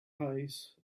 ice